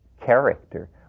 character